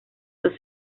dos